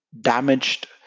damaged